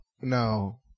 no